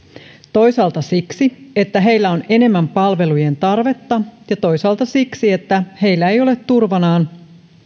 toisaalta siksi että heillä on enemmän palvelujen tarvetta ja toisaalta siksi että heillä ei ole turvanaan